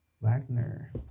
Wagner